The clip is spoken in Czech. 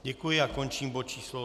Děkuji a končím bod číslo 86.